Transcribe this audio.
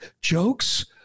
jokes